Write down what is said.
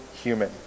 human